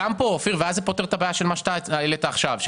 גם כאן ואז זה פותר את הבעיה של מה שהעלה עכשיו אופיר כץ,